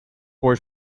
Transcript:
word